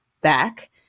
back